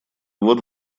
вот